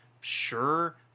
Sure